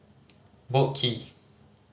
Boat Quay